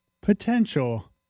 potential